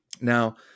Now